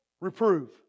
reprove